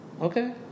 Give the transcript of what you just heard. okay